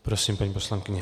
Prosím, paní poslankyně.